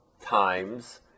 times